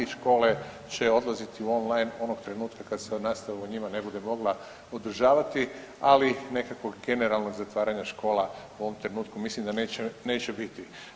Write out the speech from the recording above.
Škole će odlaziti on line onog trenutka kada se nastava u njima ne bude mogla održavati, ali nekakvog generalnog zatvaranja škola u ovom trenutku mislim da neće biti.